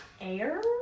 Air